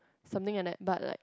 something like that but like